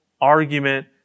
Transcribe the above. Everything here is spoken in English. argument